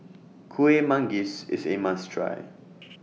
Kueh Manggis IS A must Try